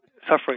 suffering